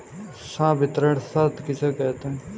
संवितरण शर्त किसे कहते हैं?